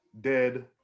dead